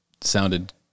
sounded